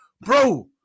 Bro